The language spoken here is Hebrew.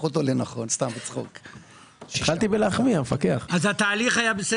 כן, התהליך היה בסדר.